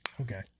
Okay